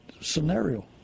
scenario